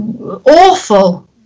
awful